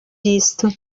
disto